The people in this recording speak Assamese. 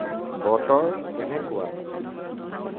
বতৰ কেনেকুৱা